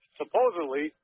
supposedly